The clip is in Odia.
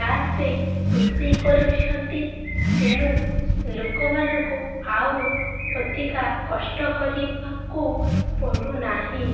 ଗ୍ୟାସ୍ରେ ରୋଷେଇ କରୁଛନ୍ତି ତେଣୁ ଲୋକମାନଙ୍କୁ ଆଉ ଅଧିକା କଷ୍ଟ କରିବାକୁ ପଡ଼ୁନାହିଁ